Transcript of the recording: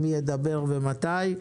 מי ידבר ומתי.